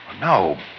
No